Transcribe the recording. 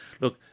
Look